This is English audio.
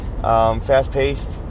fast-paced